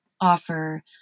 offer